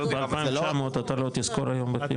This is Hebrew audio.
ב-2,900 אתה לא תשכור היום בחיפה.